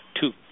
two